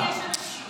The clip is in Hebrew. אז אם יש אנשים,